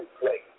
place